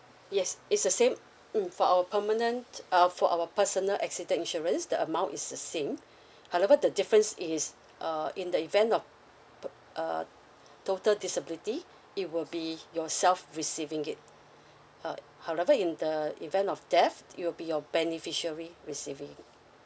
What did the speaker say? yes it's a same mm for our permanent uh for our personal accident insurance the amount is the same however the difference is uh in the event of per~ err total disability it will be yourself receiving it uh however in the event of death it'll be your beneficiary receiving it